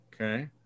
Okay